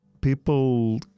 people